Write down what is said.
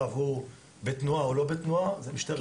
והוא בתנועה או לא בתנועה זאת משטרת ישראל,